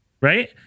right